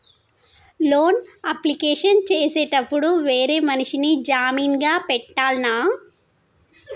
Loan application చేసేటప్పుడు వేరే మనిషిని జామీన్ గా పెట్టాల్నా?